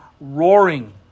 roaring